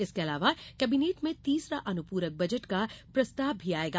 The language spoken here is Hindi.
इसके अलावा कैबिनेट में तीसरा अनुपूरक बजट का प्रस्ताव भी आएगा